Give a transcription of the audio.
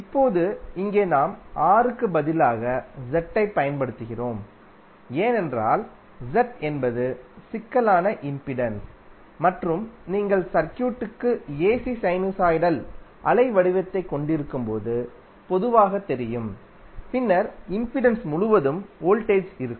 இப்போது இங்கே நாம் R க்கு பதிலாக Z ஐப் பயன்படுத்துகிறோம் ஏனென்றால் Z என்பது சிக்கலான இம்பிடன்ஸ் மற்றும் நீங்கள் சர்க்யூட்க்கு ஏசி சைனுசாய்டல் அலை வடிவத்தைக் கொண்டிருக்கும்போது பொதுவாகத் தெரியும் பின்னர் இம்பிடன்ஸ் முழுவதும் வோல்டேஜ் இருக்கும்